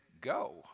go